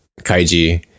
kaiji